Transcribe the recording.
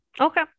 okay